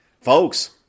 Folks